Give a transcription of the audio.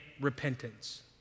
repentance